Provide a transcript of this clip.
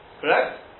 Correct